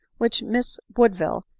which miss wood ville,